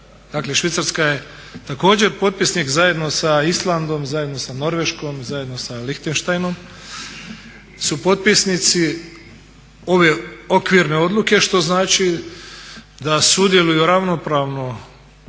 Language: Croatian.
Švicarska je također potpisnik zajedno sa Islandom, zajedno sa Norveškom, zajedno sa Lihtenštajnom su potpisnici ove okvirne odluke što znači da sudjeluju ravnopravnost